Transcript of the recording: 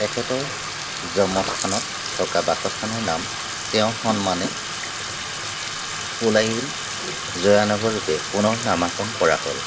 তেখেতৰ জন্মস্থানত থকা বাসস্থানৰ নাম তেওঁৰ সন্মানে ওলায়ীল জয়ানগৰ ৰূপে পুনৰ নামকৰণ কৰা হ'ল